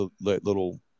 little